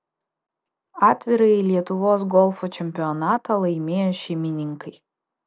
atvirąjį lietuvos golfo čempionatą laimėjo šeimininkai